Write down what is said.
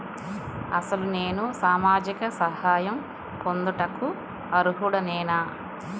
అసలు నేను సామాజిక సహాయం పొందుటకు అర్హుడనేన?